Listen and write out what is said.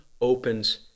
opens